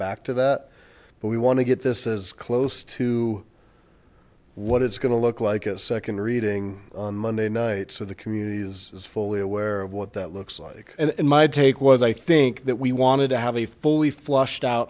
back to that but we want to get this as close to what it's going to look like a second reading on monday night so the community is fully aware of what that looks like and my take was i think that we wanted to have a fully flushed out